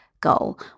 goal